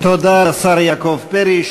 תודה לשר יעקב פרי,